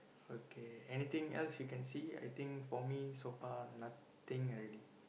okay anything else you can see I think for me so far nothing already